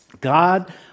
God